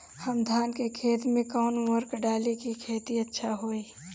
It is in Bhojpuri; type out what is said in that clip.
हम धान के खेत में कवन उर्वरक डाली कि खेती अच्छा होई?